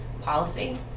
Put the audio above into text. policy